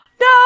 No